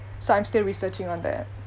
so I'm still researching on that